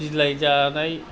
बिलाइ जानाय